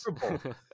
Terrible